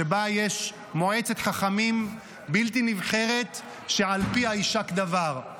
שבה יש מועצת חכמים בלתי נבחרת שעל פיה יישק דבר,